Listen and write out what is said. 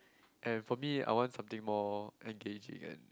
and for me I want something more engaging and